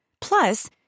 Plus